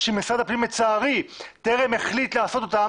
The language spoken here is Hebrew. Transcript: אני צריך לסדר אותה,